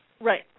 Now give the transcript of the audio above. Right